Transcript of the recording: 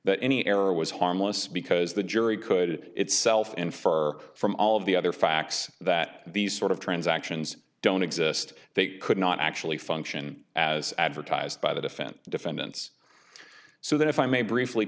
error was harmless because the jury could itself infer from all of the other facts that these sort of transactions don't exist they could not actually function as advertised by the defense defendants so that if i may briefly